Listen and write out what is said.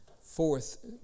fourth